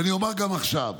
ואני אומר גם עכשיו: